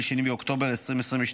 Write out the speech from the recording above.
2 באוקטובר 2022,